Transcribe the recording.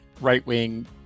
right-wing